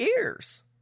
ears